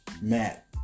Matt